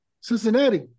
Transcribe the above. Cincinnati